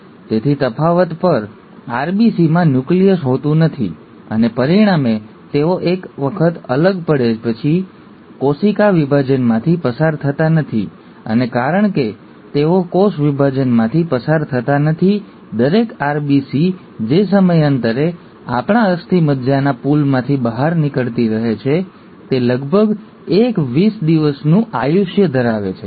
તેથી તફાવત પર RBCમાં ન્યુક્લિયસ હોતું નથી અને પરિણામે તેઓ એક વખત અલગ પડે પછી કોશિકા વિભાજનમાંથી પસાર થતા નથી અને કારણ કે તેઓ કોષ વિભાજનમાંથી પસાર થતા નથી દરેક આરબીસી જે સમયાંતરે આપણા અસ્થિમજ્જાના પૂલમાંથી બહાર નીકળતી રહે છે તે લગભગ એક વીસ દિવસનું આયુષ્ય ધરાવે છે